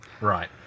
right